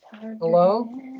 Hello